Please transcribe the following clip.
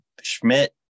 Schmidt